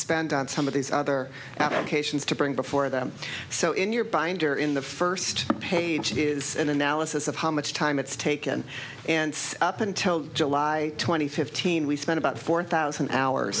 spend on some of these other applications to bring before them so in your binder in the first page is an analysis of how much time it's taken and up until july two thousand and fifteen we spent about four thousand hours